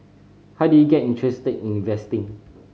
how did you get interested in investing